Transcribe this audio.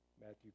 Matthew